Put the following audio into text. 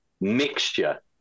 mixture